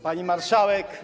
Pani Marszałek!